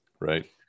Right